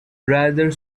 rather